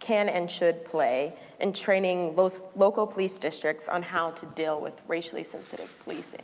can and should play in training those local police districts on how to deal with racially sensitive policing?